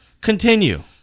continue